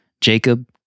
Jacob